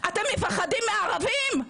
אתם מפחדים מערבים?